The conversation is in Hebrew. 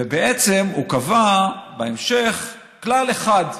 ובעצם הוא קבע בהמשך כלל אחד: